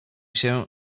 się